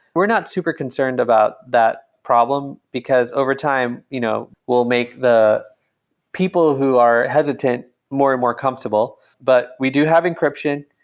we're not super concerned about that problem, because over time you know we'll make the people who are hesitant more and more comfortable. but we do have encryption.